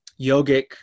yogic